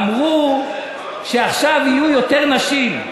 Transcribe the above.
אמרו שעכשיו יהיו יותר נשים.